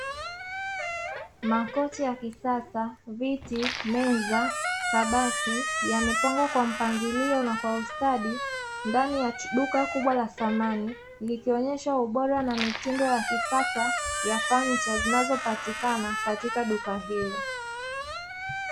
Makochi ya kisasa: viti, meza, kabati; yamepangwa kwa mpangilio na kwa ustadi ndani ya duka kubwa la samani, likionyesha ubora na mitindo ya kisasa ya fanicha zinazopatikana katika duka hilo.